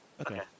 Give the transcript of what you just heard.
Okay